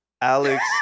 Alex